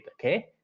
Okay